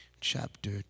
chapter